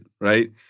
right